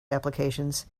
applications